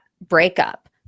breakup